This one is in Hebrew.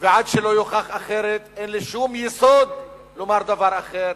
ועד שלא יוכח אחרת, אין לי שום יסוד לומר דבר אחר: